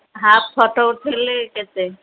half photo ଉଠାଇଲେ କେତେ